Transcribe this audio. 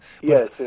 Yes